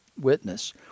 witness